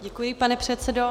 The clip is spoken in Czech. Děkuji, pane předsedo.